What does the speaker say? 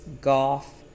golf